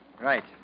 Right